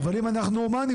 אבל אם אנחנו הומניים,